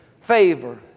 favor